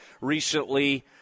recently